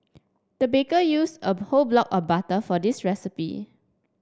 the baker use a whole block of butter for this recipe